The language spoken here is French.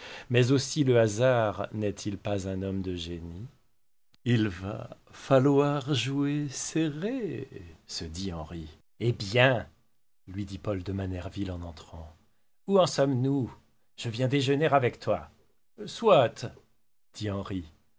mais aussi le hasard n'est-il pas un homme de génie il va falloir jouer serré se dit henri hé bien lui dit paul de manerville en entrant où en sommes-nous je viens déjeuner avec toi soit dit